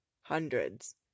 Hundreds